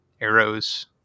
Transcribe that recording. arrows